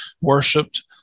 worshipped